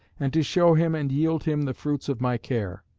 and to show him and yield him the fruits of my care.